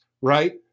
Right